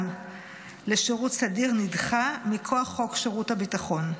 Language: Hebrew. לשירות סדיר נדחה מכוח חוק שירות הביטחון.